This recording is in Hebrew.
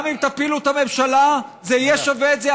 גם אם תפילו את הממשלה זה יהיה שווה את זה,